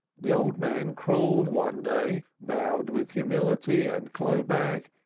the old man crawled one day, bowed with humility and clo'-bag,